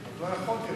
כולם, לא יכולתי.